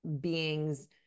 beings